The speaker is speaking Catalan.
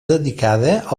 dedicada